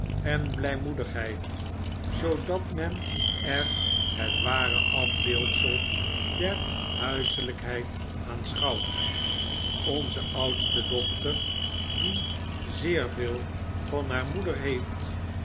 en blymoedigheid zoodat men er het ware afbeeldsel der huiselijkheid aanschouwt onze oudste dochter die zeer veel van haar moeder heeft